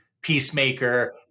peacemaker